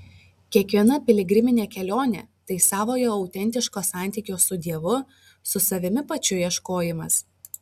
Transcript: kiekviena piligriminė kelionė tai savojo autentiško santykio su dievu su savimi pačiu ieškojimas